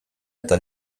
eta